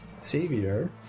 Savior